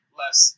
less